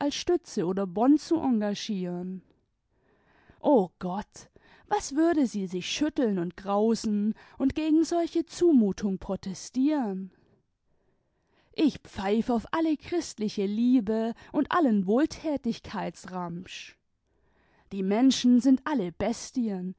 stütze oder bonne zu engagieren o gott was würde sie sich schütteln und grausen und gegen solche zumutung protestieren ich pfeif auf alle christliche liebe und allen wohltätigkeitsramsch die menschen sind alle bestien